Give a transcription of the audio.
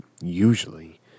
usually